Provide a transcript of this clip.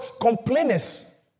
complainers